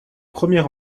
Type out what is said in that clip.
premier